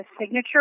signature